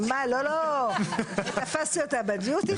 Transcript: לא, לא, תפסתי אותה בדיוטי פרי.